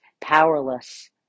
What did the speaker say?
powerless